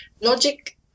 logic